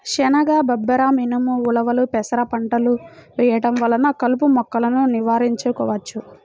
శనగ, బబ్బెర, మినుము, ఉలవలు, పెసర పంటలు వేయడం వలన కలుపు మొక్కలను నివారించవచ్చు